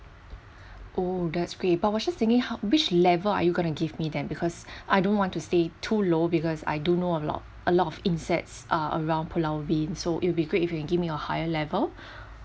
oh that's great but I was just thinking which level are you going to give me then because I don't want to stay too low because I do know a lot a lot of insects are around pulau ubin so it'll be great if you can give me a higher level